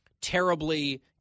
terribly